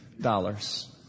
dollars